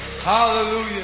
Hallelujah